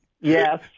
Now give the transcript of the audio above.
Yes